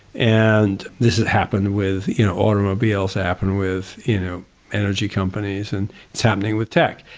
and this has happened with you know, automobiles app and with you know energy companies, and it's happening with tech.